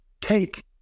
take